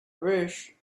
wish